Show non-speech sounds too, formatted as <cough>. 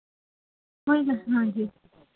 <unintelligible> ਹਾਂਜੀ